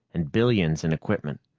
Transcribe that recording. and billions in equipment.